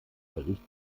bericht